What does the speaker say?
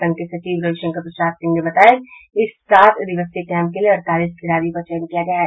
संघ के सचिव रविशंकर प्रसाद सिंह ने बताया कि इस सात दिवसीय कैंप के लिये अड़तीस खिलाड़ियों का चयन किया गया है